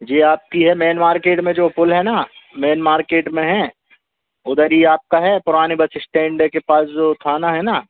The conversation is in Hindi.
जो आपकी है मेन मार्केट में जो पुल है ना मेन मार्केट में है उधर ही आपका है पुराने बस इस्टैंड के पास जो थाना है ना